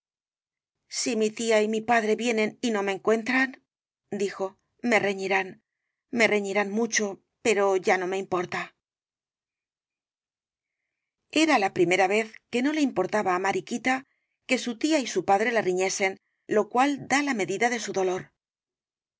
si mi tía y mi padre vienen y no me encuentran d i j o m e reñirán me reñirán mucho pero ya no me importa era la primera vez que no le importaba á mariquita que su tía y su padre la riñesen lo cual da la medida de su dolor con